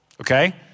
Okay